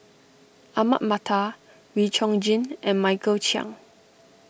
Ahmad Mattar Wee Chong Jin and Michael Chiang